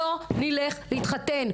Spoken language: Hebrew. לא נלך להתחתן,